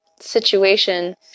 situation